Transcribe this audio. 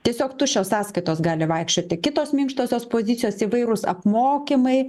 tiesiog tuščios sąskaitos gali vaikščioti kitos minkštosios pozicijos įvairūs apmokymai